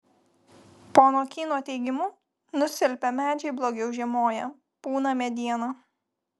pono kyno teigimu nusilpę medžiai blogiau žiemoja pūna mediena